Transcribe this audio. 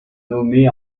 nommé